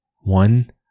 One